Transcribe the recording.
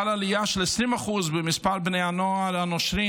חלה עלייה של 20% במספר בני הנוער הנושרים,